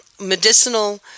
medicinal